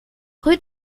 rue